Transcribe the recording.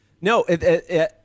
No